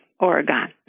Oregon